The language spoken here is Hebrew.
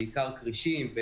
בעיקר כרישים,